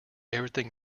everything